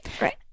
Right